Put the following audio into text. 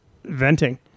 venting